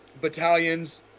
battalions